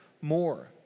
more